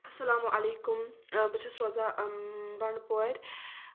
اَلسلامُ علیکُم بہٕ چھَس روزان بَنڈپورِ